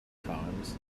times